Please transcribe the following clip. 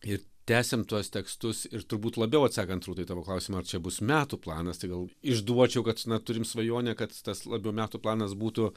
ir tęsiam tuos tekstus ir turbūt labiau atsakant rūta į tavo klausimą ar čia bus metų planas tai gal išduočiau kad na turim svajonę kad tas labiau metų planas būtų